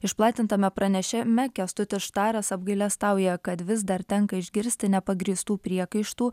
išplatintame pranešime kęstutis štaras apgailestauja kad vis dar tenka išgirsti nepagrįstų priekaištų